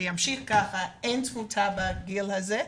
ושימשיך כך, אין תמותה בגיל זה,